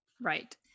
right